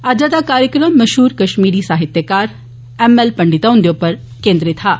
अज्जा दा कार्यक्रम मशहूर कश्मीरी साहित्यकार एम एल पंडिता हुंदे उप्पर केन्द्रित हा